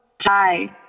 Hi